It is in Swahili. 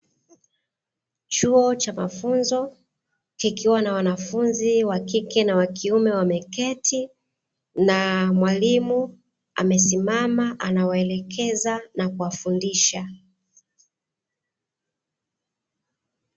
Chuo cha mafunzo kikiwa na wanafunzi wa kike na wa kiume wameketi na mwalimu amesimama anawaelekeza na kuwafundisha.